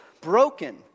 broken